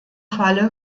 falle